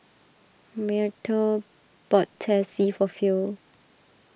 Myrtle bought Teh C for Phil